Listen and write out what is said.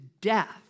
death